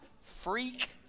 freak